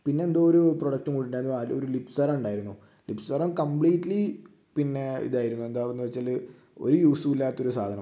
പിന്നെ എന്തോ ഒരു പ്രോഡക്റ്റും കൂടി ഉണ്ടായിരുന്നു അത് ഒരു ലിപ് സീറം ഉണ്ടായിരുന്നു ലിപ് സീറം കംപ്ലിറ്റലി പിന്നെ ഇതായിരുന്നു എന്താകുന്നു വെച്ചാൽ ഒരു യൂസും ഇല്ലാത്തൊരു സാധനം